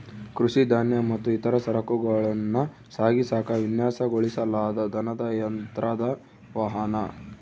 ಕೃಷಿ ಧಾನ್ಯ ಮತ್ತು ಇತರ ಸರಕುಗಳನ್ನ ಸಾಗಿಸಾಕ ವಿನ್ಯಾಸಗೊಳಿಸಲಾದ ದನದ ಯಂತ್ರದ ವಾಹನ